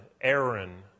Aaron